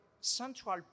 central